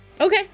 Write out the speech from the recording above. Okay